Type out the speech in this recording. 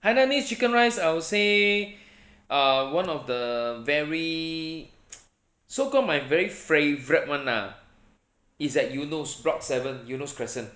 hainanese chicken rice I would say uh one of the very so call my very favourite [one] lah is at eunos block seven eunos crescent